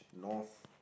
north